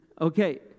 Okay